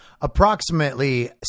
approximately